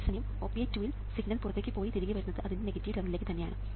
അതേസമയം OPA2 ൽ signal പുറത്തേക്ക് പോയി തിരികെ വരുന്നത് അതിൻറെ നെഗറ്റീവ് ടെർമിനലിലേക്ക് ആണ്